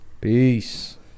Peace